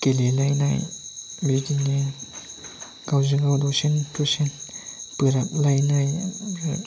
गेलेलायनाय बिदिनो गावजों गाव दसे दसे बोराबलायनाय